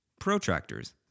Protractors